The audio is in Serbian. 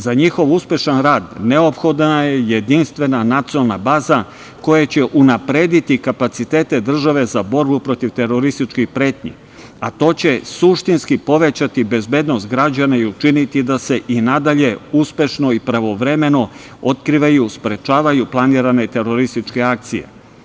Za njihov uspešan rad neophodna je jedinstvena nacionalna baza koja će unaprediti kapacitete države za borbu protiv terorističkih pretnji, a to će suštinski povećati bezbednost građana i učiniti da se i nadalje uspešno i pravovremeno otkrivaju i sprečavaju planirane terorističke akcije.